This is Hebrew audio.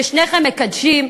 ששניכם מקדשים,